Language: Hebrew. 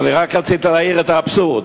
אני רק רציתי להעלות את האבסורד.